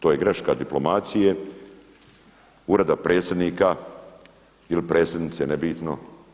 To je greška diplomacije, Ureda Predsjednika ili Predsjednice, nebitno.